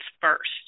first